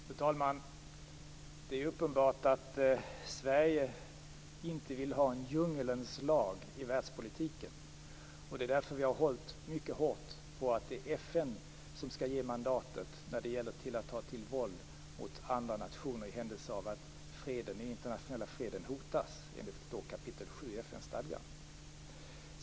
Fru talman! Det är uppenbart att Sverige inte vill ha en djungelns lag i världspolitiken. Det är därför vi har hållit mycket hårt på att det är FN som skall ge mandatet när det gäller att ta till våld mot andra nationer, i händelse av att den internationella freden hotas, enligt kap. 7 i FN-stadgan.